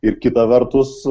ir kita vertus